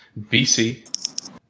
BC